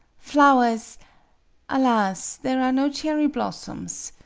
flowers alas! there are no cherry-blossoms.